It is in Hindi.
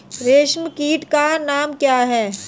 रेशम कीट का नाम क्या है?